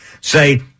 Say